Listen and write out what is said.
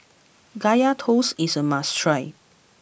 Kaya Toast is a must try